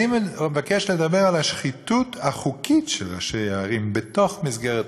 אני מבקש לדבר על השחיתות החוקית של ראשי הערים במסגרת החוק.